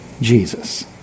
Jesus